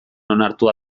onartuta